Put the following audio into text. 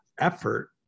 effort